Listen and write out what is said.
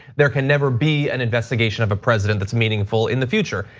there can never be an investigation of a president that's meaningful in the future.